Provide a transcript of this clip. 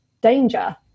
danger